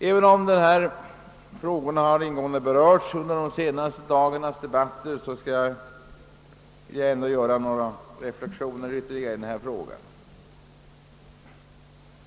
Även om dessa frågor ingående berörts under de senaste dagarnas debatter vill jag göra ytterligare några reflexioner.